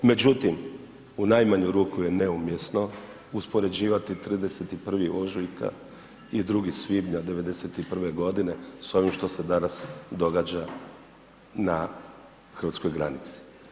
Međutim, u najmanju ruku je neumjesno uspoređivati 31. ožujka i 2. svibnja '91.g. s ovim što se danas događa na hrvatskoj granici.